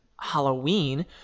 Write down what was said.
Halloween